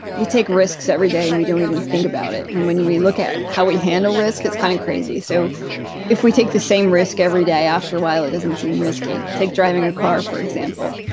we take risks every day and we don't even think about it. and when we look at how we handle risk, it's kind of crazy so if we take the same risk every day, after a while, it doesn't seem risky. take driving a car for example.